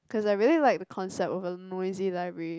cause I really like the concept of a noisy library